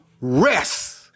rest